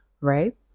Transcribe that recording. right